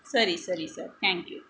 ಸರಿ ಸರಿ sir thank you